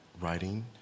writing